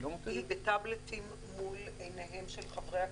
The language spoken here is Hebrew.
היא בטבלטים מול עיניהם של חברי הכנסת,